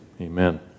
amen